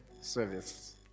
service